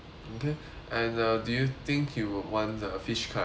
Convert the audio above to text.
and uh do you think you would want the fish curry as well